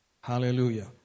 Hallelujah